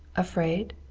afraid?